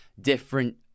different